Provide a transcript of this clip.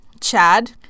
Chad